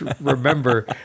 remember